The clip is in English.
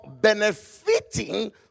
benefiting